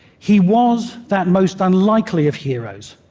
he was that most unlikely of heroes,